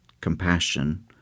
compassion